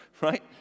right